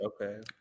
Okay